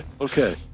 Okay